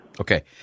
Okay